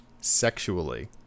sexually